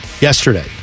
yesterday